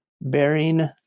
bearing